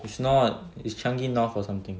it's not it's changi north or something